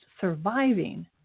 surviving